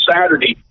Saturday